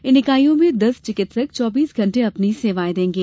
इन इकाइयों में दस चिकित्सक चौबीस घंटे अपनी सेवायें देंगे